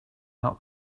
out